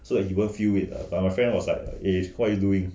so that he won't feel it like but my friend were ike err what you doing